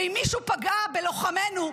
ואם מישהו פגע בלוחמינו,